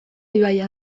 ibaia